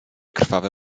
krwawe